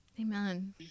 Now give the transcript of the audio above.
Amen